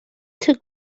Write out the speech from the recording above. took